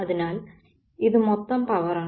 അതിനാൽ ഇത് മൊത്തം പവറാണ്